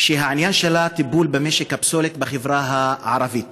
שהעניין שלה הוא טיפול במשק הפסולת בחברה הערבית.